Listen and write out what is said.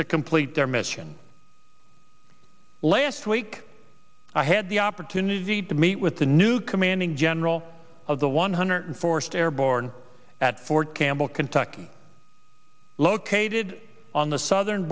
to complete their mission last week i had the opportunity to meet with the new commanding general of the one hundred forced airborne at fort campbell kentucky located on the southern